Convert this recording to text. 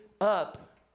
up